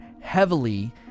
heavily